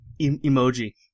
emoji